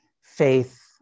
faith